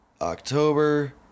October